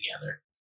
together